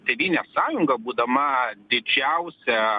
tėvynės sąjunga būdama didžiausia